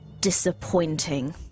Disappointing